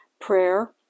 prayer